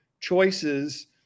choices